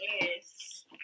Yes